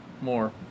more